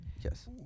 yes